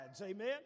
Amen